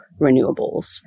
renewables